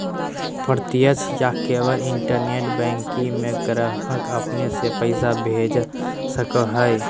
प्रत्यक्ष या केवल इंटरनेट बैंकिंग में ग्राहक अपने से पैसा भेज सको हइ